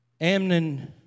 Amnon